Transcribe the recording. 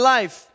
life